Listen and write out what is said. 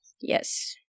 Yes